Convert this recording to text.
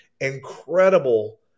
incredible